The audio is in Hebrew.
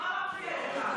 מה מפריע לך?